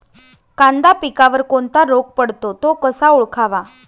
कांदा पिकावर कोणता रोग पडतो? तो कसा ओळखावा?